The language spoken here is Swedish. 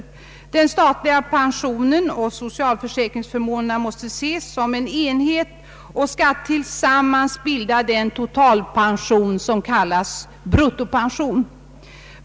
Den statliga pensionen och socialförsäkringsförmånerna måste ses som en enhet och skall tillsammans bilda den totalpension, som kallas bruttopension.